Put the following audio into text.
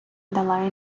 дала